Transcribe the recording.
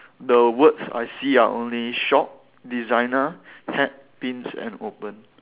the words I see are only shop designer hat pins and open